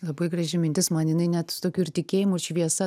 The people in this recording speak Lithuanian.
labai graži mintis man jinai net tokiu ir tikėjimu šviesa